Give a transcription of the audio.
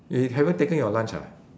y~ you haven't taken your lunch ah